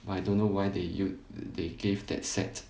but I don't know why they you they gave that set